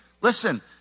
listen